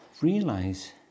realize